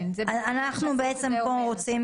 אנחנו בעצם פה רוצים